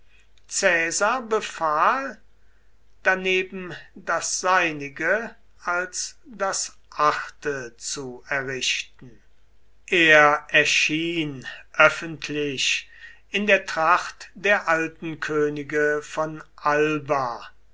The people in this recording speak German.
befahl daneben das seinige als das achte zu errichten er erschien öffentlich in der tracht der alten könige von alba